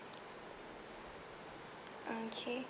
okay